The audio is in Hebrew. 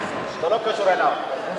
זה לא קשור אליו.